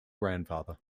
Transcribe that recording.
grandfather